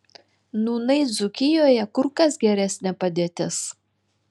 nūnai dzūkijoje kur kas geresnė padėtis